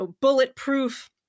bulletproof